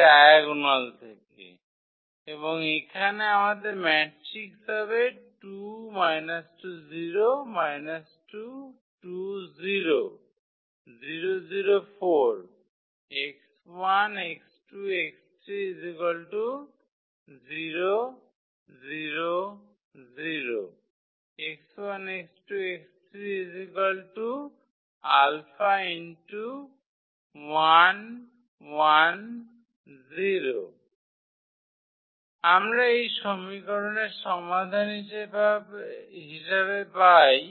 diagonal থেকে এবং এখানে আমাদের ম্যাট্রিক্স হবে আমরা এই সমীকরণের সমাধান হিসাবে পাই